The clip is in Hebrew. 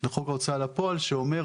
לחוק ההוצאה לפועל שאומר